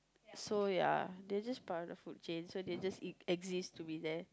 so ya they just part of the food chain so they just exist to be there